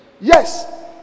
Yes